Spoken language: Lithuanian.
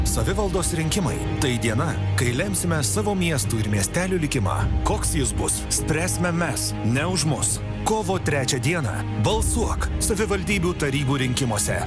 savivaldos rinkimai tai diena kai lemsime savo miestų ir miestelių likimą koks jis bus spręsime mes ne už mus kovo trečią dieną balsuok savivaldybių tarybų rinkimuose